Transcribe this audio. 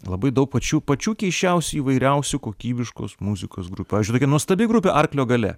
labai daug pačių pačių keisčiausių įvairiausių kokybiškos muzikos grupių pavyzdžiui tokia nuostabi grupė arklio galia